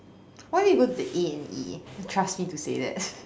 why don't you go to the A&E and trust me to say that